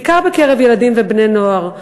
בעיקר בקרב ילדים ובני-נוער.